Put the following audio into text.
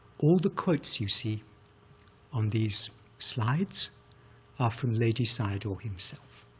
all the quotes you see on these slides are from ledi sayadaw himself.